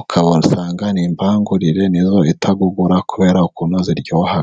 ugasanga ni imbangurire nizo uhita ugura kubera ukuntu ziryoha.